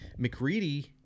McReady